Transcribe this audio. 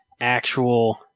actual